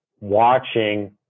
watching